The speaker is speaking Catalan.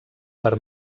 per